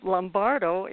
Lombardo